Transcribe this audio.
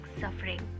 suffering